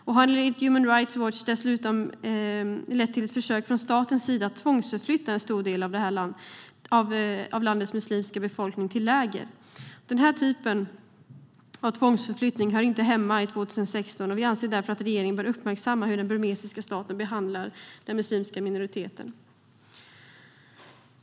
Enligt Human Rights Watch har staten försökt att tvångsförflytta en stor del av landets muslimska befolkning till läger. Den typen av tvångsförflyttning hör inte hemma i 2016, och vi anser därför att regeringen bör uppmärksamma hur den burmesiska staten behandlar den muslimska minoriteten.